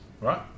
right